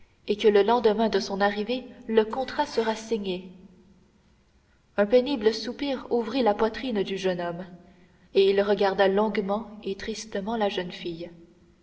et que le lendemain de son arrivée le contrat sera signé un pénible soupir ouvrit la poitrine du jeune homme et il regarda longuement et tristement la jeune fille